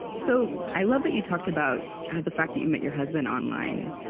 so i love that you talked about the fact that you met your husband online.